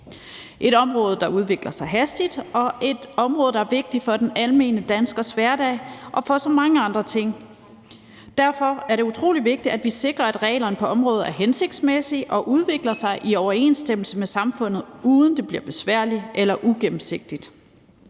et område, der udvikler sig hastigt, og som er vigtigt for den almene danskers hverdag og for så mange andre ting. Derfor er det utrolig vigtigt, at vi sikrer, at reglerne på området er hensigtsmæssige og udvikler sig i overensstemmelse med samfundet, uden at det bliver besværligt eller uigennemsigtigt.